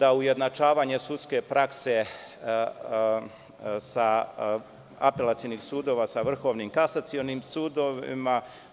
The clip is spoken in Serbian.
Zatim, ujednačavanje sudske prakse, apelacionih sudova sa vrhovnim kasacionim sudovima.